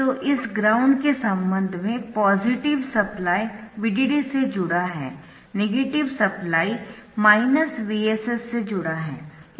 तो इस ग्राउंड के संबंध में पॉजिटिव सप्लाई VDD से जुड़ा है नेगेटिव सप्लाई VSS से जुड़ा है